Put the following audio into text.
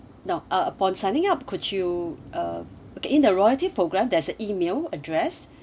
no uh upon signing up could you uh okay in the loyalty program there is email address